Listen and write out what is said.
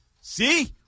see